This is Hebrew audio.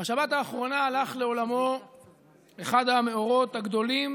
בשבת האחרונה הלך לעולמו אחד המאורות הגדולים